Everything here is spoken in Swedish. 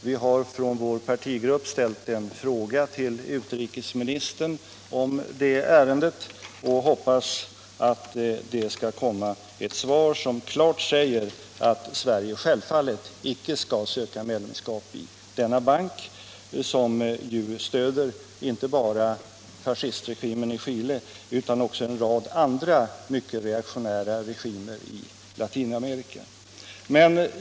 Vi har från vår partigrupp ställt en fråga till utrikesministern i det ärendet, och vi hoppas att det skall komma ett svar som klart säger att Sverige självfallet icke skall söka medlemskap i denna bank, som ju stöder inte bara fascistregimen i Chile utan också en rad andra mycket reaktionära regimer i Latinamerika.